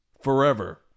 Forever